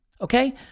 Okay